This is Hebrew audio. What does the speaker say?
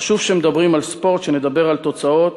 חשוב כשמדברים על ספורט שנדבר על תוצאות,